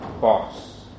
boss